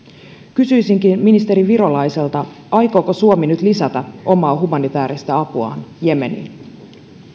kysyisinkin ministeri virolaiselta aikooko suomi nyt lisätä omaa humanitäärista apuaan jemeniin